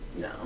no